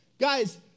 Guys